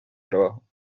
trabajo